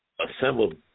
assembled